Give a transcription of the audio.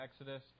Exodus